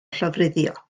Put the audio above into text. llofruddio